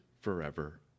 forever